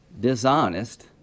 dishonest